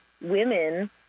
women